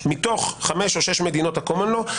מתוך חמש או שש מדינות ה-קומן לאו,